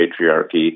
patriarchy